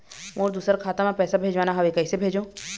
मोर दुसर खाता मा पैसा भेजवाना हवे, कइसे भेजों?